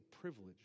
privilege